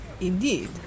Indeed